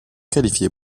qualifié